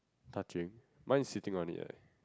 touching mine is sitting only eh